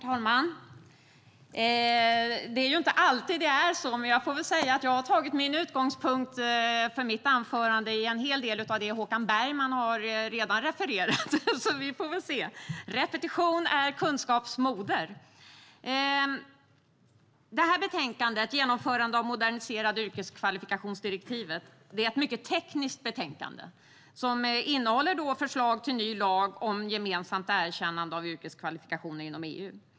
Herr talman! Det är inte alltid det är så, men jag får väl säga att jag har tagit min utgångspunkt för detta anförande i en hel del av det som Håkan Bergman redan refererat till. Vi får väl se - repetition är kunskaps moder! Det här betänkandet, Genomförande av det moderniserade yrkeskvalifikationsdirektivet , är ett mycket tekniskt betänkande som innehåller ett förslag till en ny lag om gemensamt erkännande av yrkeskvalifikationer inom EU.